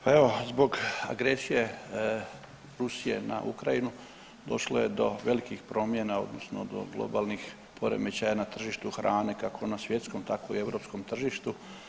Pa evo zbog agresije Rusije na Ukrajinu, došlo je do velikih promjena odnosno do globalnih poremećaja na tržištu hrane kako na svjetskom, tako i europskom tržištu.